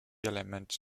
element